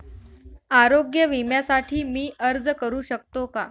आरोग्य विम्यासाठी मी अर्ज करु शकतो का?